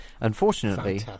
Unfortunately